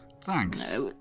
Thanks